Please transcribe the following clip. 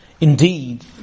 indeed